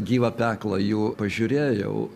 gyvą peklą jų pažiūrėjau